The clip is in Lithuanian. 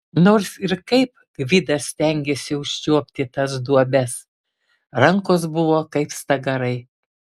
nors ir kaip gvidas stengėsi užčiuopti tas duobes rankos buvo kaip stagarai